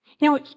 Now